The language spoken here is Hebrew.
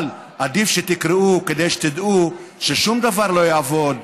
אבל עדיף שתקראו כדי שתדעו ששום דבר לא יעבוד.